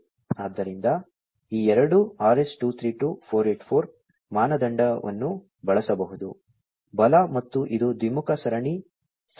ಆದ್ದರಿಂದ ಈ ಎರಡು RS 232485 ಮಾನದಂಡವನ್ನು ಬಳಸಬಹುದು ಬಲ ಮತ್ತು ಇದು ದ್ವಿಮುಖ ಸರಣಿ ಸಂವಹನವಾಗಿದೆ